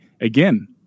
again